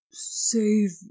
save